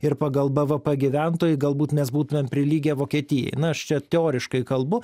ir pagal bvp gyventojui galbūt mes būtumėm prilygę vokietijai na aš čia teoriškai kalbu